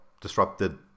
Disrupted